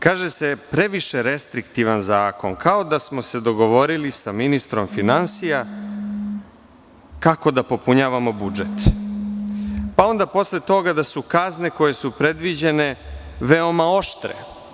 Kaže se – previše restriktivan zakon, kao da smo se dogovorili sa ministrom finansija kako da popunjavamo budžet, pa onda posle toga da su kazne koje su predviđene veoma oštre.